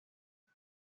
ltd